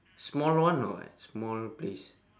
small one or what small place